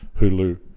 Hulu